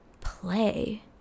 play